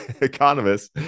economists